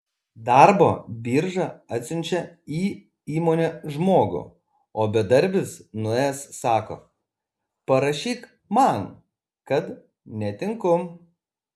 darbo birža atsiunčia į įmonę žmogų o bedarbis nuėjęs sako parašyk man kad netinku